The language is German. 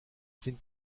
sind